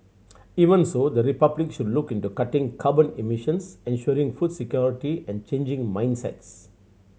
even so the Republic should look into cutting carbon emissions ensuring food security and changing mindsets